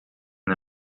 the